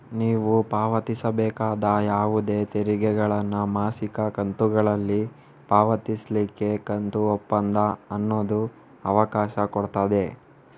ನೀವು ಪಾವತಿಸಬೇಕಾದ ಯಾವುದೇ ತೆರಿಗೆಗಳನ್ನ ಮಾಸಿಕ ಕಂತುಗಳಲ್ಲಿ ಪಾವತಿಸ್ಲಿಕ್ಕೆ ಕಂತು ಒಪ್ಪಂದ ಅನ್ನುದು ಅವಕಾಶ ಕೊಡ್ತದೆ